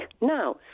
now